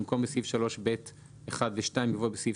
במקום 'בסעיף 3(ב)(1) ו-(2)' יבוא 'בסעיף